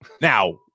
Now